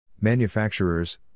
Manufacturers